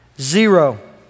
Zero